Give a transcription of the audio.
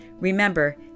Remember